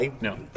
No